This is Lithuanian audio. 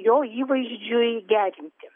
jo įvaizdžiui gerinti